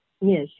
yes